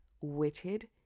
witted